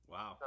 Wow